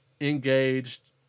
engaged